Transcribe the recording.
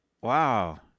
wow